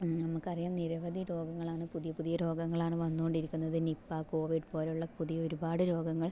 നമുക്ക് അറിയാം നിരവധി രോഗങ്ങളാണ് പുതിയ പുതിയ രോഗങ്ങളാണ് വന്നു കൊണ്ടിരിക്കുന്നത് നിപ്പ കോവിഡ് പോലെയുള്ള പുതിയ ഒരുപാട് രോഗങ്ങൾ